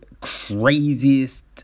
craziest